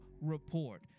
Report